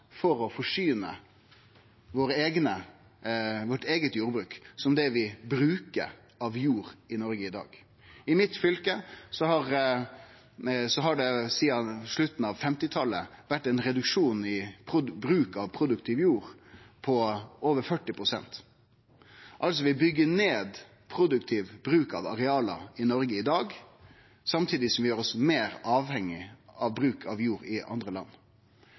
for å forsyne vårt eige jordbruk, som det vi bruker av jord i Noreg i dag. I mitt fylke har det sidan slutten av 1950-talet vore ein reduksjon i bruk av produktiv jord på over 40 pst. Vi byggjer altså ned produktiv bruk av areal i Noreg i dag, samtidig som vi gjer oss meir avhengige av bruk av jord i andre land.